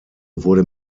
wurde